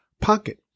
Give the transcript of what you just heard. pocket